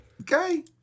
Okay